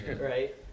right